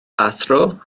athro